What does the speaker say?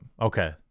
Okay